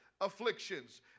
afflictions